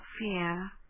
fear